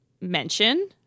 mention